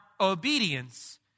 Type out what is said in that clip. obedience